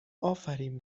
آفرین